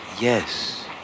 yes